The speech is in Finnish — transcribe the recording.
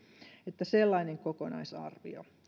että sellainen kokonaisarvio